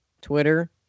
Twitter